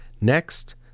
Next